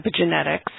epigenetics